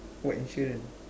what insurance